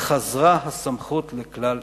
"חזרה הסמכות לכלל ישראל".